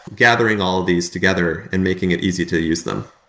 gathering all these together and making it easy to use them.